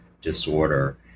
disorder